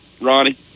Ronnie